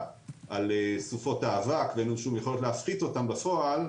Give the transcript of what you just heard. על סופות האבק ואין לנו שום יכולת להפחית אותן בפועל,